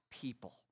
people